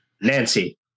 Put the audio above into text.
Nancy